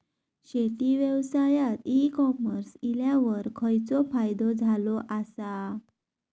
शेती व्यवसायात e commerce इल्यावर खयचो फायदो झालो आसा?